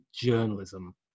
journalism